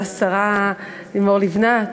והשרה לימור לבנת,